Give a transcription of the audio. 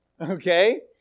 Okay